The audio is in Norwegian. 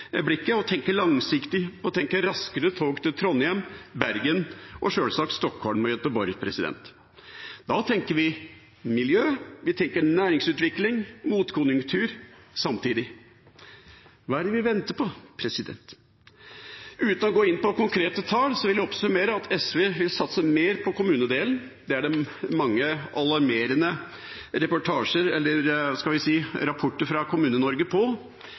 langsiktig og raskere tog til Trondheim, Bergen og sjølsagt Stockholm og Göteborg. Da tenker vi miljø, næringsutvikling og motkonjunktur samtidig. Hva er det vi venter på? Uten å gå inn på konkrete tall vil jeg oppsummere at SV vil satse mer på kommunedelen. Det er det mange alarmerende